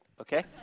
okay